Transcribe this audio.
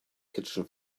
kitchen